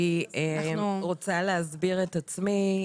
אני רוצה להסביר את עצמי.